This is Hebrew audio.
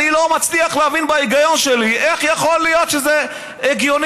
אני לא מצליח להבין בהיגיון שלי איך יכול להיות שזה הגיוני?